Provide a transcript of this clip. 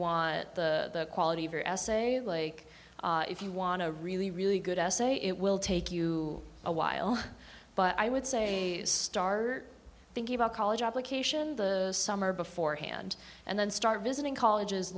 want the quality of your essay like if you want a really really good essay it will take you a while but i would say start thinking about college application the summer beforehand and then start visiting colleges